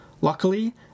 Luckily